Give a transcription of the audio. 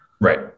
Right